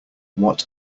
what